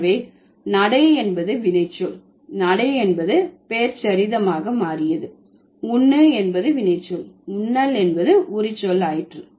எனவே நடை என்பது வினைச்சொல் நடை என்பது பெயரெச்சரிதமாக மாறியது உண்ணு என்பது வினைச்சொல் உண்ணல் என்பது உரிச்சொல் ஆயிற்று